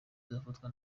izafatwa